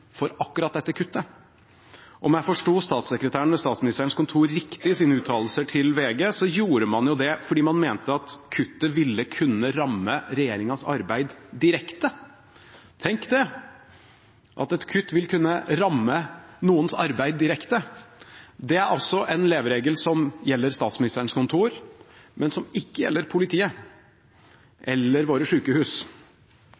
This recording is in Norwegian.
for akkurat dette kuttet. Om jeg forsto statssekretæren ved Statsministerens kontors uttalelser til VG riktig, gjorde man det fordi man mente at kuttet ville kunne ramme regjeringens arbeid direkte. Tenk det! At et kutt vil kunne ramme noens arbeid direkte, er altså en leveregel som gjelder Statsministerens kontor, men ikke gjelder politiet